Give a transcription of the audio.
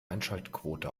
einschaltquote